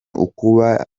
ukuba